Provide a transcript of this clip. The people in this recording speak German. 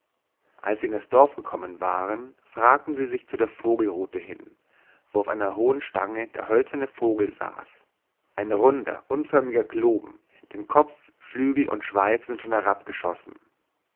als sie in das dorf gekommen waren fragten sie sich zu der vogelrute hin wo auf einer hohen stange der hölzerne vogel saß ein runder unförmiger kloben denn kopf flügel und schweif sind schon